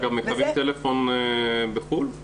מבקשים גם קו בחוץ לארץ.